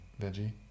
veggie